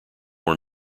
were